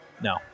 No